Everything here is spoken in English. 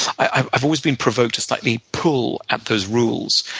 i've i've always been provoked to slightly pull at those rules.